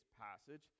passage